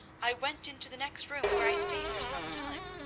i went into the next room, where i stayed for some time.